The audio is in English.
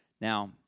Now